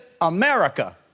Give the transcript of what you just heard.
America